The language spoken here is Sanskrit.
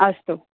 अस्तु